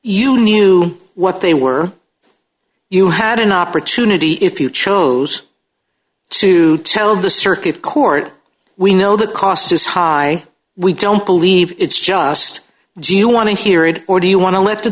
you knew what they were you had an opportunity if you chose to tell the circuit court we know the cost is high we don't believe it's just do you want to hear it or do you want to let the